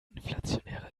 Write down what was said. inflationäre